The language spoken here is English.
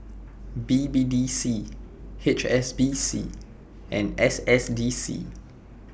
B B D C H S B C and S S D C